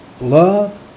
love